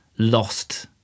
lost